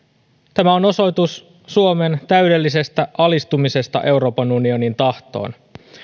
tämä on osoitus suomen täydellisestä alistumisesta euroopan unionin tahtoon